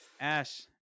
ash